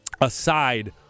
aside